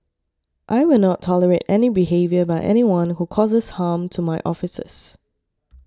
I will not tolerate any behaviour by anyone who causes harm to my officers